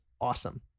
awesome